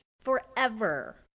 forever